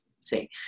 See